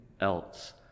else